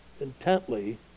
intently